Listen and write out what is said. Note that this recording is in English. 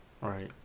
Right